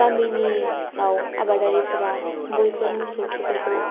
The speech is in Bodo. गामिनियाव आबादारिफोरा बैफोर मोसौखिफोरखौ